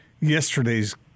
yesterday's